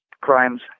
crimes